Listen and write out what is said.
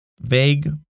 vague